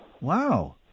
Wow